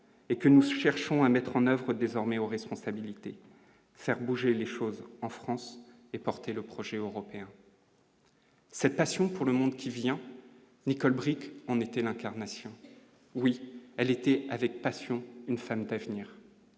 et que nous sommes, cherchons à mettre en oeuvre désormais aux responsabilités, faire bouger les choses en France et porté le projet européen. Cette passion pour le monde qui vient Nicole Bricq on était l'incarnation oui elle était avec passion, une femme d'avenir.